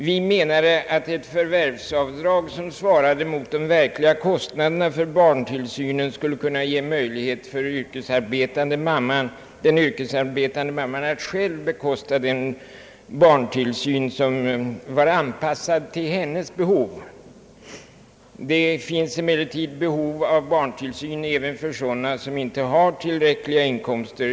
Vi menade att ett förvärvsavdrag som svarade mot de verkliga kostnaderna för barntillsynen skulle kunna ge den yrkesarbetande mamman möjlighet att själv bekosta en barntillsyn som var anpassad efter hennes behov. Det finns emellertid behov av barntillsyn även för sådana som inte har tillräckliga inkomster.